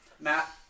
Matt